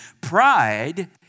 pride